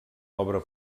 obra